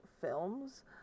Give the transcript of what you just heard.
films